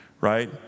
right